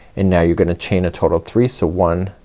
and now you're gonna chain a total three. so one,